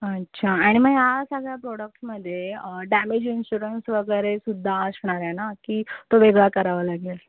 अच्छा आणि मग या सगळ्या प्रोडक्टमध्ये डॅमेज इंशुरन्स वगैरे सुद्धा असणार आहे ना की तो वेगळा करावा लागेल